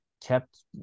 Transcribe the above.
kept